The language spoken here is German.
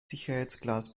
sicherheitsglas